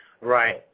Right